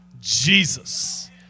Jesus